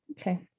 Okay